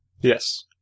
Yes